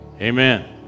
amen